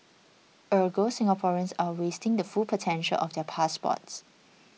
Ergo Singaporeans are wasting the full potential of their passports